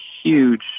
huge